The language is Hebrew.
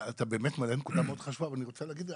אתה באמת מעלה נקודה מאוד חשובה ואני רוצה להגיד,